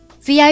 VIP